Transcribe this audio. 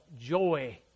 joy